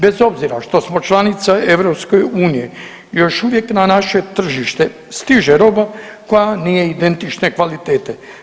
Bez obzira što smo članica EU još uvijek na naše tržište stiže roba koja nije identične kvalitete.